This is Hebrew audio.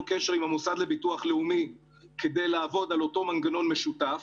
קשר עם המוסד לביטוח לאומי כדי לעבוד על אותו מנגנון משותף.